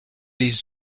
his